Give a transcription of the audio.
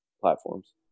platforms